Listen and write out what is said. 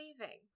leaving